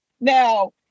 Now